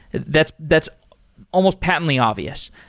that's that's almost patently obvious,